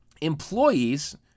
employees